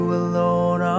alone